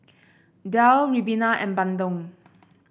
daal ribena and bandung